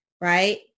Right